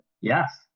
Yes